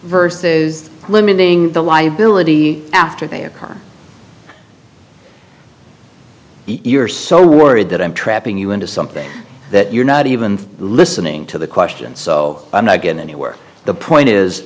versus is limiting the liability after they occur you're so worried that i'm trapping you into something that you're not even listening to the question so i'm not going anywhere the point is